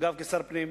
אגב, כשר הפנים,